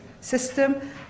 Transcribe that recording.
system